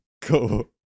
cool